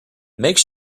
make